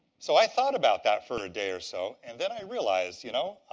so i thought about that for a day or so, and then i realized, you know,